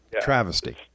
Travesty